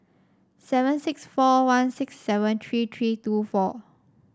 seven six four one six seven three three two four